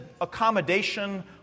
accommodation